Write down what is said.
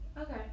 Okay